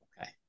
Okay